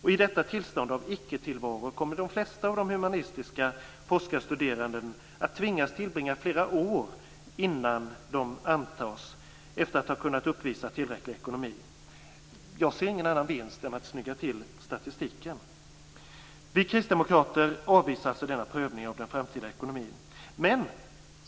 I detta tillstånd av icke-tillvaro kommer de flesta av de humanistiska forskarstuderande att tvingas tillbringa flera år innan de antas, efter att ha kunnat uppvisa en tillräckligt god ekonomi. Jag ser ingen annan vinst av detta än att statistiken snyggas till. Vi kristdemokrater avvisar alltså denna prövning av den framtida ekonomin.